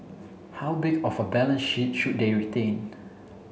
how big of a balance sheet should they retain